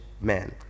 man